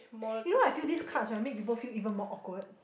you know what I feel this cards right make people feel even more awkward